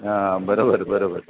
हां बरोबर बरोबर